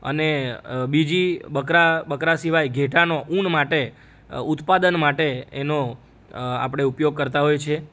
અને બીજી બકરા બકરા સિવાય ઘેટાનો ઉન માટે ઉત્પાદન માટે એનો આપણે ઉપયોગ કરતાં હોય છે